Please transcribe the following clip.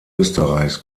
österreichs